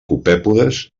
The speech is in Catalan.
copèpodes